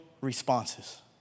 responses